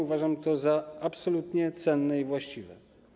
Uważam to za absolutnie cenne i właściwe.